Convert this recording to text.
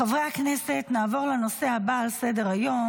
חברי הכנסת, נעבור לנושא הבא על סדר-היום: